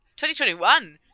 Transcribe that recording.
2021